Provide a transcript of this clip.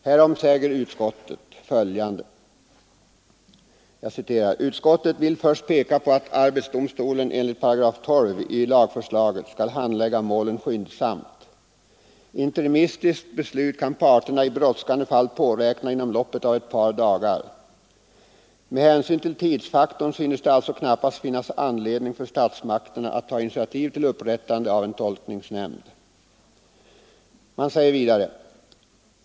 Härom säger utskottet följande: ”Utskottet vill först peka på att arbetsdomstolen enligt 128 i lagförslaget skall handlägga målen skyndsamt. Interimistiskt beslut kan parterna i brådskande fall påräkna inom loppet av ett par dagar. Med hänsyn till tidsfaktorn synes det alltså knappast finnas anledning för statsmakterna att ta initiativ till upprättande av en tolkningsnämnd.